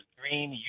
green